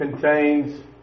contains